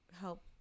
help